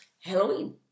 Halloween